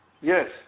Yes